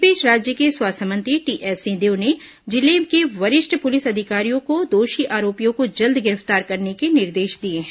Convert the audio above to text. इस बीच राज्य के स्वास्थ्य मंत्री टीएस सिंहदेव ने जिले के वरिष्ठ पुलिस अधिकारियों को दोषी आरोपियों को जल्द गिरफ्तार करने के निर्देश दिए हैं